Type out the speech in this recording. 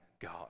God